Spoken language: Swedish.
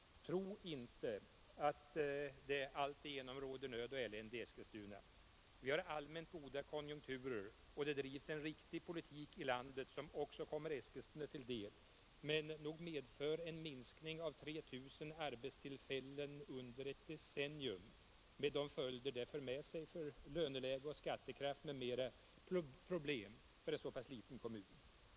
Tro inte att det alltigenom råder nöd och elände i Eskilstuna. Vi har allmänt goda konjunkturer och det drivs en riktig politik i landet som också kommer Eskilstuna till del, men nog medför en minskning med 3 000 arbetstillfällen under ett decennium — med de följder detta har för löneläge och skattekraft m.m. — problem för en så pass liten kommun.